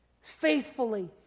faithfully